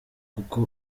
kuko